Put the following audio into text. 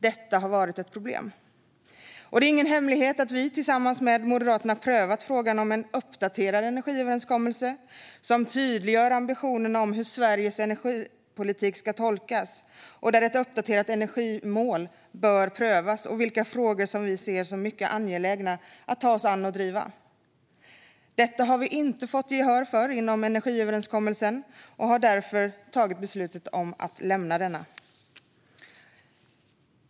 Detta har varit ett problem. Det är ingen hemlighet att vi tillsammans med Moderaterna har prövat frågan om en uppdaterad energiöverenskommelse som tydliggör ambitionerna gällande hur Sveriges energipolitik ska tolkas, att ett uppdaterat energimål bör prövas samt vilka frågor vi ser som mycket angelägna att ta oss an och driva. Detta har vi inte fått gehör för inom energiöverenskommelsen, och vi har därför tagit beslutet att lämna den.